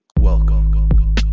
Welcome